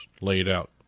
laid-out